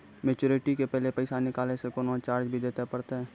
Maturity के पहले पैसा निकालै से कोनो चार्ज भी देत परतै की?